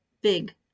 big